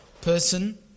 person